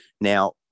Now